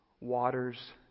waters